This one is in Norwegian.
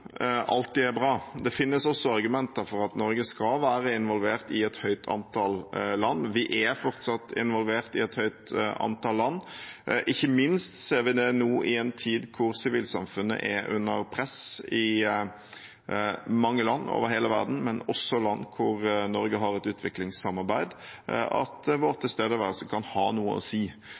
alltid er bra. Det finnes også argumenter for at Norge skal være involvert i et høyt antall land, og vi er fortsatt involvert i et høyt antall land. Ikke minst ser vi det nå i en tid da sivilsamfunnet er under press i mange land over hele verden, men også i land hvor Norge har et utviklingssamarbeid, at vår tilstedeværelse kan ha noe å si